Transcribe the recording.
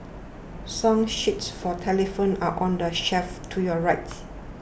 song sheets for telephones are on the shelf to your rights